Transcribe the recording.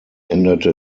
änderte